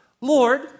Lord